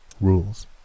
Rules